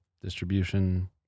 Distribution